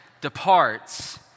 departs